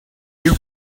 you